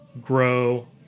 grow